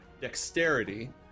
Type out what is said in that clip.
dexterity